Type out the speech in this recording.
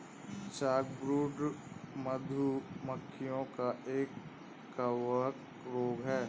chalkbrood, मधु मक्खियों का एक कवक रोग है